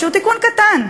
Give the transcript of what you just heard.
שהוא תיקון קטן.